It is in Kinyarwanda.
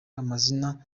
amazina